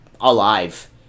alive